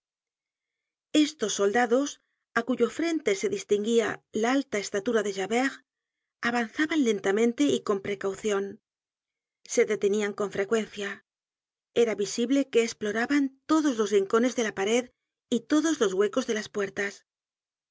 estos soldados á cuyo frente se distinguía la alta estatura de javert avanzaban lentamente y con precaucion se detenían con frecuencia era visible que esploraban todos los rincones de la pared y todos los huecos de las puertas